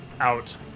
out